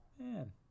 man